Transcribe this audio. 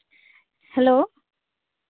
hello